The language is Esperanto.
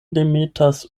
demetas